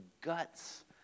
guts